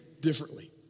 differently